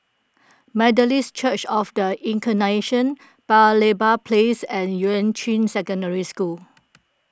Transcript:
Methodist Church of the Incarnation Paya Lebar Place and Yuan Ching Secondary School